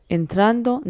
entrando